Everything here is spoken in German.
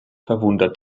verwundert